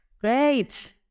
Great